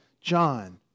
John